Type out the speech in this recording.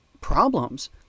problems